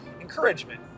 Encouragement